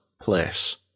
place